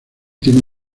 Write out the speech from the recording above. tiene